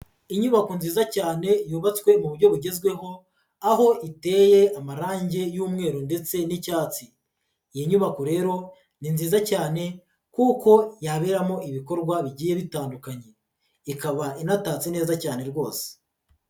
Inyubako nziza cyane yubatswe mu buryo bugezweho, aho iteye amarangi y'umweru ndetse n'icyatsi, iyi nyubako rero ni nziza cyane kuko yaberamo ibikorwa bigiye bitandukanye, ikaba inatatse neza cyane rwose.